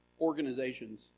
organizations